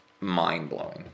mind-blowing